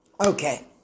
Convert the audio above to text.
Okay